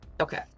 okay